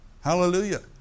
Hallelujah